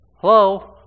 Hello